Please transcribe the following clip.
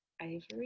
ivory